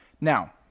Now